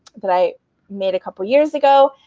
that i made a couple of years ago.